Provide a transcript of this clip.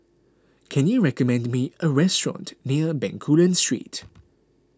can you recommend me a restaurant near Bencoolen Street